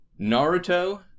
Naruto